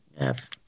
Yes